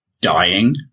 dying